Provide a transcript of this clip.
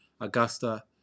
Augusta